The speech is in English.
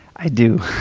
i do.